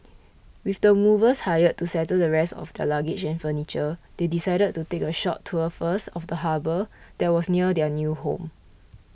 with the movers hired to settle the rest of their luggage and furniture they decided to take a short tour first of the harbour that was near their new home